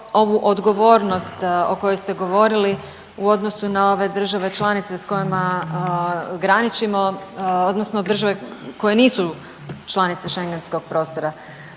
ovu odgovornost o kojoj ste govorili u odnosu na ove države članice s kojima graničimo odnosno države koje nisu članice schengentskog prostora.